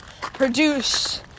produce